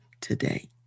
today